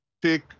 Take